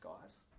guys